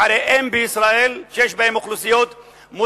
ערי אם בישראל, שיש בהן אוכלוסיות מוסלמיות